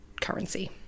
currency